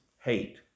Hate